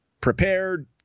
prepared